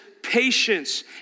patience